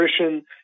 nutrition